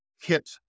kit